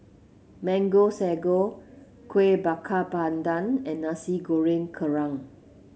Mango Sago Kueh Bakar Pandan and Nasi Goreng Kerang